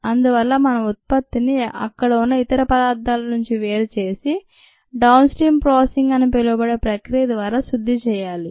అందువల్ల మనం ఉత్పత్తిని అక్కడ ఉన్న ఇతర పదార్థాల నుంచి వేరు చేసి డౌన్ స్ట్రీమ్ ప్రాసెసింగ్ అని పిలవబడే ప్రక్రియ ద్వారా శుద్ధి చేయాలి